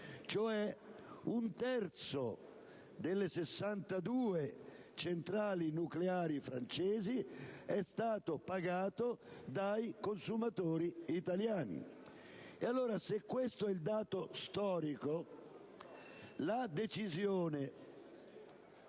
un terzo delle 62 centrali nucleari francesi è stato pagato dai consumatori italiani. Se questo è il dato storico, la decisione...